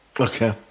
okay